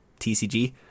TCG